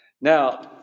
Now